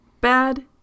bad